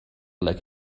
like